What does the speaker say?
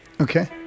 Okay